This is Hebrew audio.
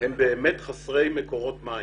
הם באמת חסרי מקורות מים..